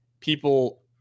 People